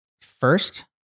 first